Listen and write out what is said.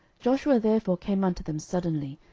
joshua therefore came unto them suddenly,